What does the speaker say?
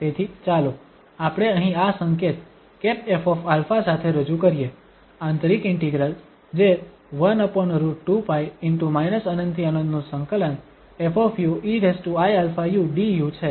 તેથી ચાલો આપણે અહીં આ સંકેત ƒα સાથે રજૂ કરીએ આંતરિક ઇન્ટિગ્રલ જે 1√2π ✕∞∫∞ 𝑓 eiαu du છે